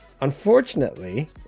Unfortunately